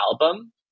album